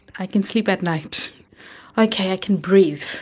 i can sleep at night i can can breathe,